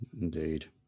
Indeed